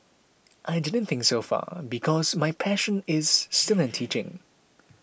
I didn't think so far because my passion is still in teaching